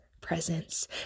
presence